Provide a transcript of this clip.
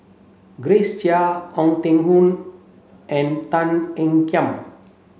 Grace Chia Ong Teng Koon and Tan Ean Kiam